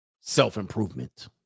self-improvement